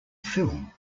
film